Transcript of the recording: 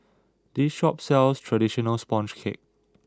this shop sells traditional Sponge Cake